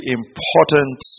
important